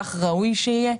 כך ראוי שיהיה.